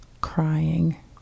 crying